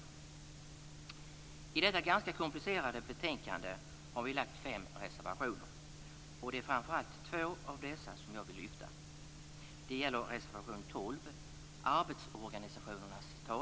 Till detta ganska komplicerade betänkande har vi fogat fem reservationer, och det är framför allt två av dem som jag vill lyfta fram.